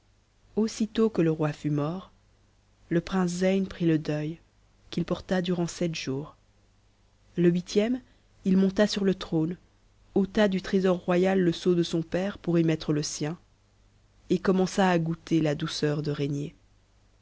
aussitôt que le roi fut mort le prince zeyn prit le deuil qu'il porta durant sept jours le huitième il monta sur le trône ôta du trésor roya e sceau de son père pour y mettre le sien et commença à goûter ta douceur de régner